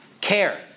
Care